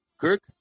Kirk